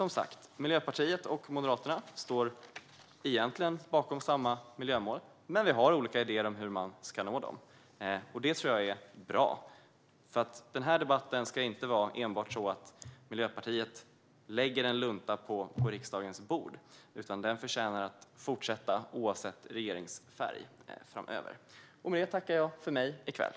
Miljöpartiet och Moderaterna står som sagt egentligen bakom samma miljömål, men vi har olika idéer om hur man ska nå dem. Det tror jag är bra. Denna debatt ska inte enbart vara så att Miljöpartiet lägger en lunta på riksdagens bord, utan den förtjänar att fortsätta oavsett regeringsfärg framöver. Med detta tackar jag för mig i kväll.